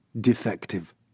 defective